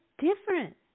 different